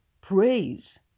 praise